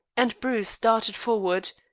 and bruce darted forward.